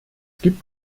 gibt